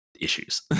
issues